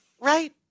right